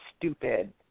stupid